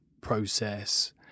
process